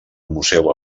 museu